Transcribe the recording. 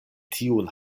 tiun